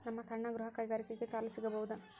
ನಮ್ಮ ಸಣ್ಣ ಗೃಹ ಕೈಗಾರಿಕೆಗೆ ಸಾಲ ಸಿಗಬಹುದಾ?